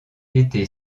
été